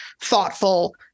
thoughtful